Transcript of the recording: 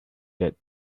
that